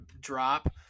drop